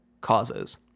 causes